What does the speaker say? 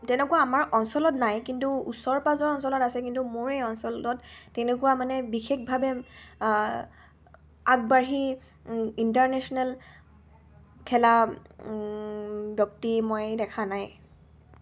তেনেকুৱা আমাৰ অঞ্চলত নাই কিন্তু ওচৰ পাঁজৰ অঞ্চলত আছে কিন্তু মোৰ এই অঞ্চলত তেনেকুৱা মানে বিশেষভাৱে আগবাঢ়ি ইণ্টাৰনেশ্যনেল খেলা ব্যক্তি মই দেখা নাই